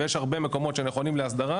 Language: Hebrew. ויש הרבה מקומות שנכונים להסדרה